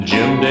Jim